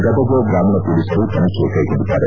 ಗದಗ ಗ್ರಾಮೀಣ ಪೊಲೀಸರು ತನಿಖೆ ಕೈಗೊಂಡಿದ್ದಾರೆ